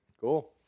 Cool